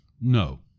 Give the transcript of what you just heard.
No